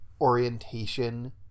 orientation